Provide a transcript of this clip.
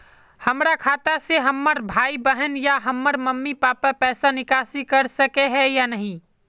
हमरा खाता से हमर भाई बहन या हमर मम्मी पापा पैसा निकासी कर सके है या नहीं?